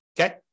okay